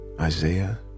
Isaiah